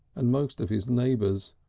and most of his neighbours.